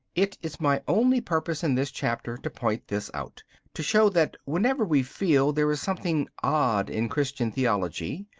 it is my only purpose in this chapter to point this out to show that whenever we feel there is something odd in christian theology,